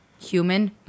human